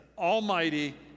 Almighty